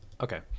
Okay